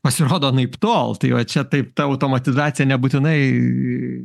pasirodo anaiptol tai va čia taip ta automatizacija nebūtinai